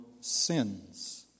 sins